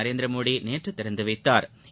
நரேந்திரமோடி நேற்று திறந்து வைத்தாா்